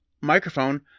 microphone